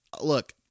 look